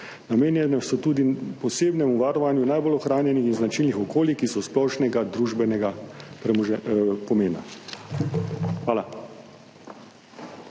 Namenjene so tudi posebnemu varovanju najbolj ohranjenih in značilnih okolij, ki so splošnega družbenega premoženje pomena.